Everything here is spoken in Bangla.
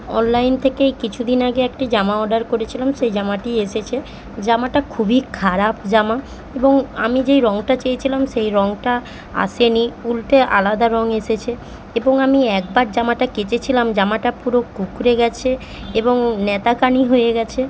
অনলাইন থেকে এই কিছুদিন আগে একটি জামা অর্ডার করেছিলাম সেই জামাটি এসেছে জামাটা খুবই খারাপ জামা এবং আমি যেই রঙটা চেয়েছিলাম সেই রঙটা আসে নি উল্টে আলাদা রঙ এসেছে এবং আমি একবার জামাটা কেচেছিলাম জামাটা পুরো কুকড়ে গেছে এবং ন্যাতাকানি হয়ে গেছে